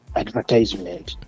advertisement